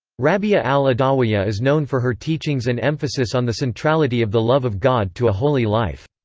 rabi'a al-adawiyya is known for her teachings and emphasis on the centrality of the love of god to a holy life.